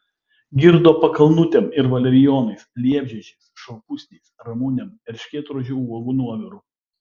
girdo pakalnutėm ir valerijonais liepžiedžiais šalpusniais ramunėm erškėtrožių uogų nuoviru